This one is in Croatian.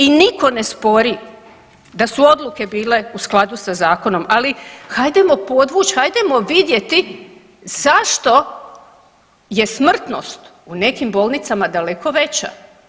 I niko ne spori da su odluke bile u skladu sa zakonom, ali hajdemo podvuć, hajdemo vidjeti zašto je smrtnost u nekim bolnicama daleko veća.